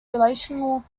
relational